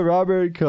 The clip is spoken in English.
Robert